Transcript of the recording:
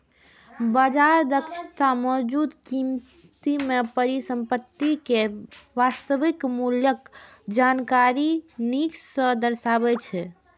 बाजार दक्षता मौजूदा कीमत मे परिसंपत्ति के वास्तविक मूल्यक जानकारी नीक सं दर्शाबै छै